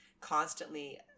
constantly